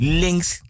links